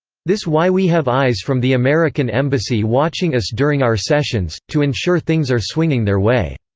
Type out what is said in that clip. this why we have eyes from the american embassy watching us during our sessions, to ensure things are swinging their way.